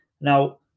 Now